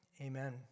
Amen